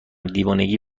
دیوونگی